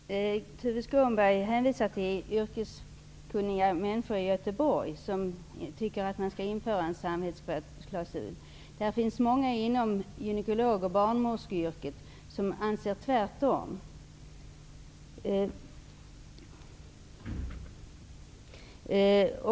Herr talman! Tuve Skånberg hänvisar till yrkeskunniga människor i Göteborg som tycker att man skall införa en samvetsklausul. Det finns många inom gynekolog och barnmorskeyrket som tycker tvärtom.